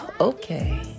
okay